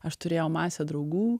aš turėjau masę draugų